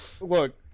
Look